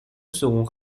seront